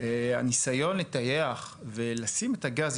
הניסיון לטייח ולשים את הגז,